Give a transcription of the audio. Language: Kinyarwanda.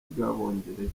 bw’abongereza